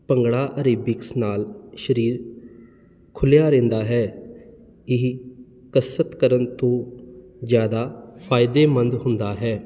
bhangra aerobics ਨਾਲ ਸਰੀਰ ਖੁੱਲਿਆ ਰਹਿੰਦਾ ਹੈ ਇਹ ਕਸਰਤ ਕਰਨ ਤੋਂ ਜ਼ਿਆਦਾ ਫ਼ਾਇਦੇਮੰਦ ਹੁੰਦਾ ਹੈ